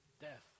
death